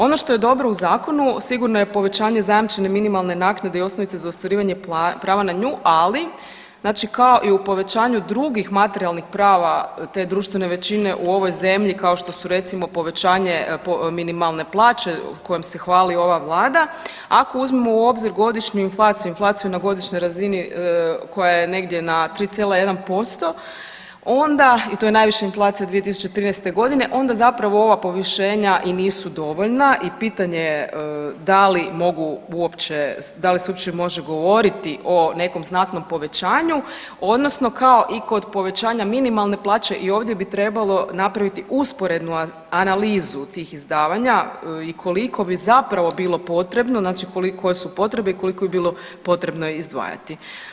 Ono što je dobro u zakonu, sigurno je povećanje zajamčene minimalne naknade i osnovice za ostvarivanje prava na nju, ali, znači kao i povećanju drugih materijalnih prava te društvene većine, u ovoj zemlji, kao što su recimo, povećanje minimalne plaće kojim se hvali ova Vlada, ako uzmemo u obzir godišnju inflaciju, inflaciju na godišnjoj razini koja je negdje na 3,1%, onda, i to je najviša inflacija od 2013. g. onda zapravo ova povišenja i nisu dovoljna i pitanje je da li mogu uopće, da li se uopće može govoriti o nekom znatnom povećanju, odnosno kao i kod povećanja minimalne plaće, i ovdje bi trebalo napraviti usporednu analizu tih izdavanja i koliko bi zapravo bilo potrebno, znači koliko, koje su potrebe i koliko bi bilo potrebno izdvajati.